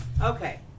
Okay